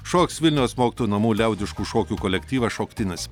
šoks vilniaus mokytojų namų liaudiškų šokių kolektyvas šoktinis